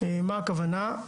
מה הכוונה?